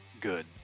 good